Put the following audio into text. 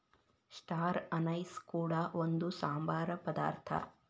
star anise ಕೂಡ ಒಂದು ಸಾಂಬಾರ ಪದಾರ್ಥ